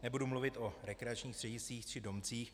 Nebudu mluvit o rekreačních střediscích či domcích.